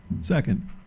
second